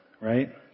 right